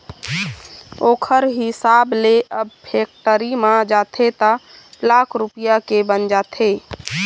ओखर हिसाब ले अब फेक्टरी म जाथे त लाख रूपया के बन जाथे